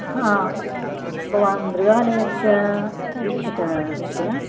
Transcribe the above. भवान् मृगालयस्य वीक्षकः किल